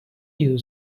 you